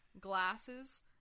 glasses